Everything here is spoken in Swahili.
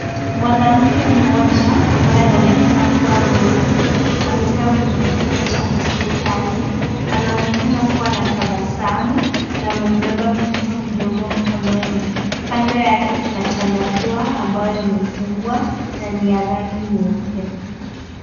Mwanamke mmoja ambaye anaonekana kuwa mlezi amekaa kwenye kitanda cha hospitali , anaonekana kuwa na tabasamu na amembeba mtoto mdogo mkononi. Kando yake kuna chandarua ambaye imefungwa na ni ya rangi nyeupe.